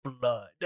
blood